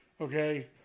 Okay